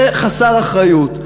זה חסר אחריות.